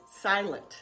silent